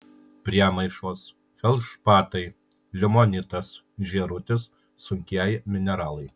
priemaišos feldšpatai limonitas žėrutis sunkieji mineralai